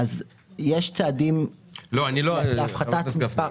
יש צעדים להפחתת המספר.